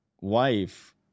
wife